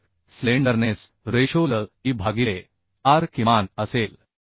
तर slenderness ratio L e भागिले R किमान असेल